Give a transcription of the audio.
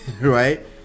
right